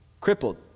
crippled